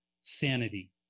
sanity